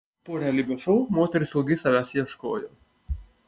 po realybės šou moteris ilgai savęs ieškojo